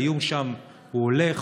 האיום שם הוא הולך,